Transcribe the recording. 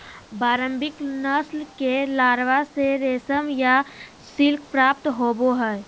Bombyx नस्ल के larva से रेशम या सिल्क प्राप्त होबा हइ